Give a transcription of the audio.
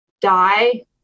Die